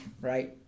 Right